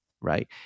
right